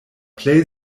plej